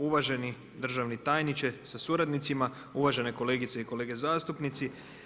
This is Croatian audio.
Uvaženi državni tajniče sa suradnicima, uvažene kolegice i kolege zastupnici.